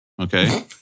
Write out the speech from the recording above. Okay